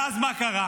ואז מה קרה?